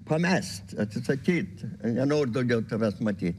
pamest atsisakyt nenoriu daugiau tavęs matyt